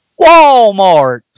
Walmart